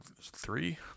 three